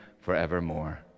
forevermore